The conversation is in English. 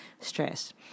stress